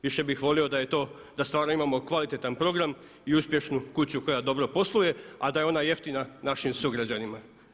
Više bih volio da stvarno imamo kvalitetan program i uspješnu kuću koja dobro posluje, a da je ona jeftina našim sugrađanima.